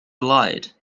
light